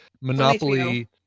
monopoly